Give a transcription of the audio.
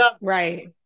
right